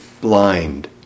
blind